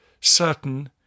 certain